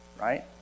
right